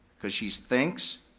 cause she thinks,